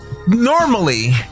normally